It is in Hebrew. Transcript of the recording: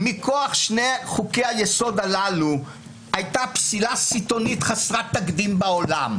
מכוח שני חוקי-היסוד הללו הייתה פסילה סיטונית חסרת תקדים בעולם,